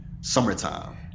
summertime